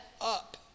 up